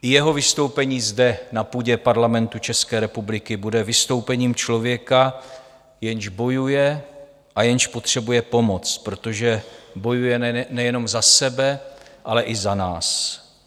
I jeho vystoupení zde na půdě Parlamentu České republiky bude vystoupením člověka, jenž bojuje a jenž potřebuje pomoct, protože bojuje nejenom za sebe, ale i za nás.